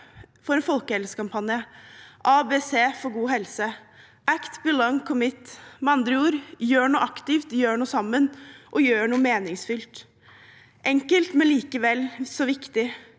for en folkehelsekampanje, ABC for god psykisk helse – «Act, Belong, Commit». Med andre ord: Gjør noe aktivt, gjør noe sammen og gjør noe meningsfylt. Det er enkelt, men likevel så viktig.